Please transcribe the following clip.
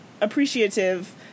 appreciative